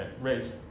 raised